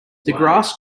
grass